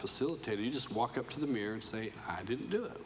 facilitator you just walk up to the mirror and say i didn't do it